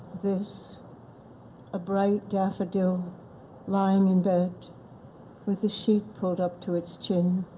this a bright daffodil lying in bed with a sheet pulled up to its chin.